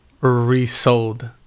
resold